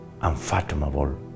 unfathomable